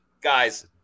Guys